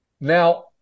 Now